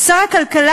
שר הכלכלה,